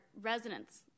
residents